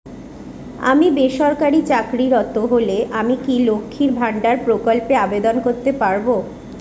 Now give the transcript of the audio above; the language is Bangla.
আমি বেসরকারি চাকরিরত হলে আমি কি লক্ষীর ভান্ডার প্রকল্পে আবেদন করতে পারব?